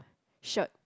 shirt